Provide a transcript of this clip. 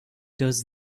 does